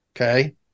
Okay